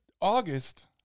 August